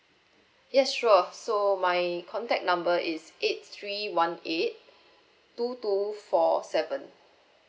yes sure so my contact number is eight three one eight two two four seven